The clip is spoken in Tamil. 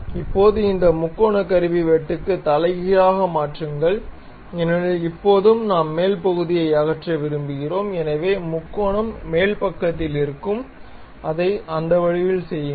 இப்போது இந்த முக்கோண கருவி வெட்டுக்கு தலைகீழாக மாற்றுங்கள் ஏனெனில் இப்போது நாம் மேல் பகுதியை அகற்ற விரும்புகிறோம் எனவே முக்கோணம் மேல் பக்கத்தில் இருக்கும் அதை அந்த வழியில் செய்யுங்கள்